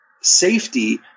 safety